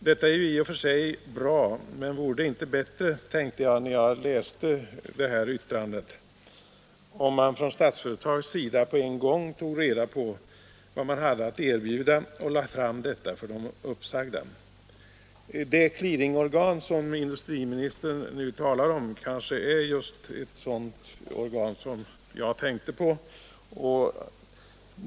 Detta är i och för sig bra, men jag undrade när jag läste detta yttrande om det inte vore bättre att Statsföretag på eget initiativ tog reda på vad man hade att erbjuda och lade fram dessa uppgifter för de uppsagda. Det clearingorgan som industriministern nu talar om kanske är just ett sådant organ som jag tänkte på.